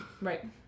Right